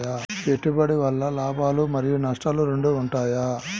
పెట్టుబడి వల్ల లాభాలు మరియు నష్టాలు రెండు ఉంటాయా?